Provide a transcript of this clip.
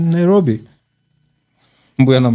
Nairobi